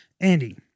Andy